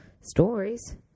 stories